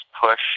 push